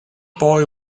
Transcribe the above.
boy